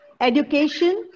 education